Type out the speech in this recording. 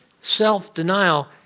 self-denial